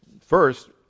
first